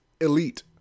Elite